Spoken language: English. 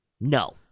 No